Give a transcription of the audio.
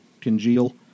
congeal